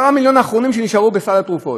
10 המיליון האחרונים שנשארו בסל התרופות,